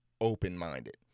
open-minded